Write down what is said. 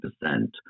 percent